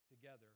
together